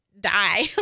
die